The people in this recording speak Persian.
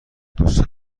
دوست